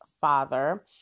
father